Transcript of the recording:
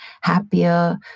happier